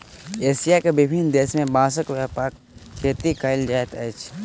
Asia के विभिन्न देश में बांसक व्यापक खेती कयल जाइत अछि